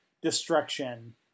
destruction